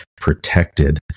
protected